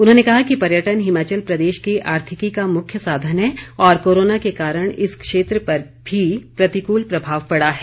उन्होंने कहा कि पर्यटन हिमाचल प्रदेश की आर्थिकी का मुख्य साधन है और कोरोना के कारण इस क्षेत्र पर भी प्रतिकुल प्रभाव पड़ा है